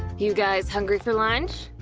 you guys hungry for lunch?